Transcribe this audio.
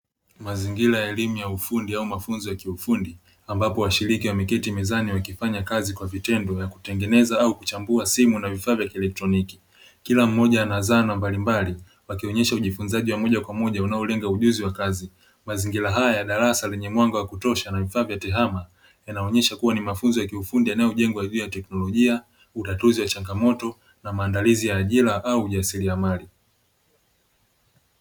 Mazingira ya elimu ya ufundi au mafunzo ya kiufundi ambapo washiriki wameketi mezani wakifanya kazi kwa vitendo ya kutengeneza au kuchambua simu na vifaa vya kielectroniki, kila mmoja ana zana mbalimbali wakionesha ujifunzaji wa mmoja kwa mmoja unaolenga ujuzi wa kazi, mazingira haya ya darasa lenye mwanga wa kutosha na vifaa vya tehama yanaonesha kuwa ni mafunzo ya kiufundi yanayojengwa kwa tekinologia, utatuzi wa changamoto na maandalizi ya ajira au ujasiliamari.